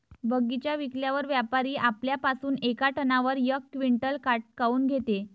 बगीचा विकल्यावर व्यापारी आपल्या पासुन येका टनावर यक क्विंटल काट काऊन घेते?